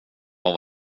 vad